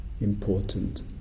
important